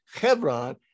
Hebron